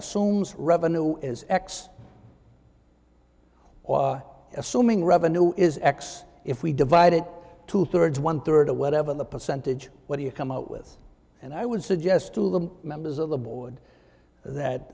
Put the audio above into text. assumes revenue is x or assuming revenue is x if we divide it two thirds one third of whatever the percentage what do you come up with and i would suggest to the members of the board that